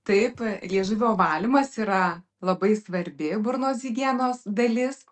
taip liežuvio valymas yra labai svarbi burnos higienos dalis